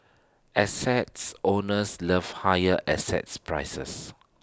assets owners love higher assets prices